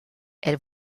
elle